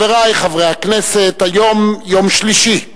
חברי חברי הכנסת, היום יום שלישי,